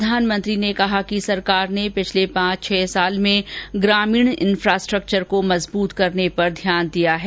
प्रधानमंत्री ने कहा कि सरकार ने पिछले पांच छह साल में ग्रामीण इंफ़ास्टक्चर को मजबूत करने पर ध्यान दिया है